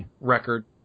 record